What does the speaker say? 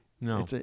No